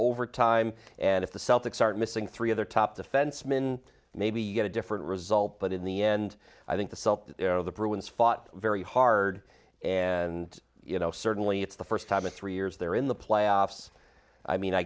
overtime and if the celtics aren't missing three other top defensemen maybe you get a different result but in the end i think the salt of the bruins fought very hard and you know certainly it's the first time in three years they're in the playoffs i mean i